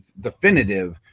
definitive